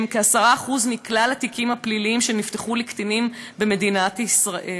שהם כ-10% מכלל התיקים הפליליים שנפתחו לקטינים במדינת ישראל,